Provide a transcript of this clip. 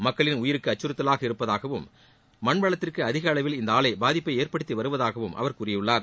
மக்களின் உயிருக்கு அக்கறுத்தவாக இருப்பதாகவும் மண் வளத்திற்கு அதிக அளவில் இந்த ஆலை பாதிப்பை ஏற்படுத்தி வருவதாகவும் அவர் கூறியுள்ளார்